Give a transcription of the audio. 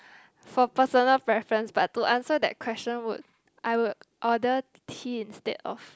for personal preference but to answer that question would I would order tea instead of